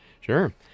Sure